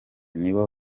nibo